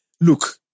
Look